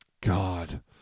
God